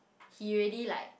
he really like